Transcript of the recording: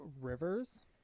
Rivers